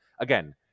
again